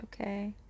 okay